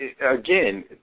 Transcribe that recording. again